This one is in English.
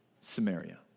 Samaria